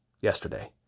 yesterday